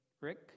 Rick